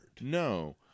No